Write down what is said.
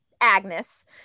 Agnes